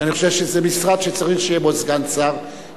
ואני חושב שזה משרד שצריך שיהיה בו סגן שר,